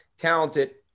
talented